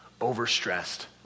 overstressed